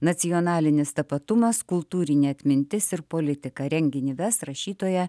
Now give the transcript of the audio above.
nacionalinis tapatumas kultūrinė atmintis ir politika renginį ves rašytoja